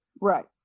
Right